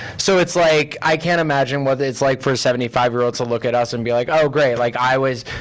so, it's like, i can't imagine what it's like for a seventy five year old to look at us and be like, oh great, like i was.